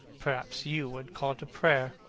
perhaps you would call it a prayer.